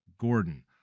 gordon